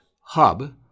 hub